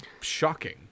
shocking